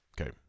Okay